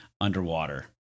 underwater